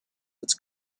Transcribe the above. its